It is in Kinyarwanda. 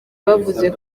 bavuga